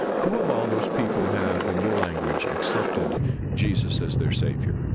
who of all those people have, in your language, accepted jesus as their savior?